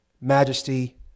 majesty